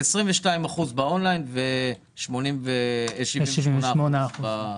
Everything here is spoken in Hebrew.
כ-22% באון-ליין ו-78% בתחנות.